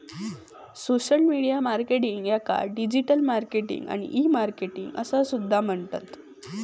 social media marketing याका digital marketing आणि e marketing असो सुद्धा म्हणतत